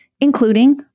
including